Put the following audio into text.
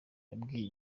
yabwiye